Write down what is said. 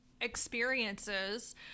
experiences